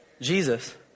Jesus